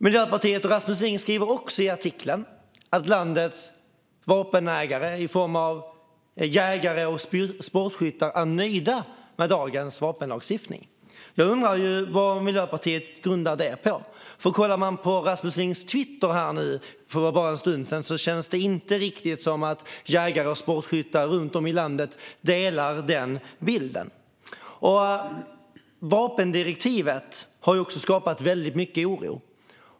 Miljöpartiet och Rasmus Ling skriver också i artikeln att landets vapenägare i form av jägare och sportskyttar är nöjda med dagens vapenlagstiftning. Jag undrar vad Miljöpartiet grundar det på. Kollar man på Rasmus Lings Twitter för bara en stund sedan känns det inte riktigt som att jägare och sportskyttar runt om i landet delar den bilden. Vapendirektivet har också skapat väldigt mycket oro.